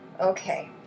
Okay